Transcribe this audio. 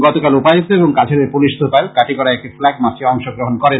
গতকাল উপায়ুক্ত এবং কাছাড়ের পুলিশ সুপার কাটিগড়ায় একটি ফ্ল্যাগ মার্চে অংশ গ্রহন করেন